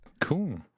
Cool